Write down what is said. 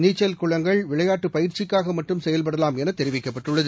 நீச்சல் குளங்கள் விளையாட்டு பயிற்சிக்காக மட்டும் செயல்படலாம் என தெரிவிக்கப்பட்டுள்ளது